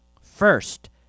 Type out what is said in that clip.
First